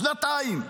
שנתיים,